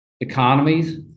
economies